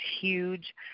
huge